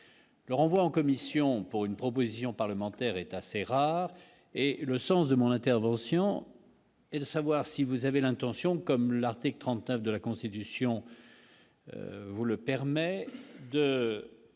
Le renvoi en commission pour une proposition parlementaire est assez rare et le sens de mon intervention. Et de savoir si vous avez l'intention, comme l'article 39 de la Constitution, vous le permet de